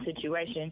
situation